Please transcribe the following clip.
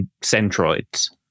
centroids